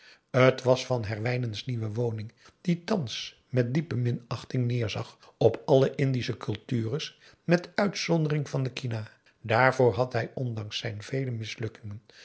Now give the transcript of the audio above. t was van herwijnen's nieuwe woning die thans met diepe minachting neêrzag op alle indische cultures met uitzondering van de kina dààrvoor had hij ondanks zijn vele mislukkingen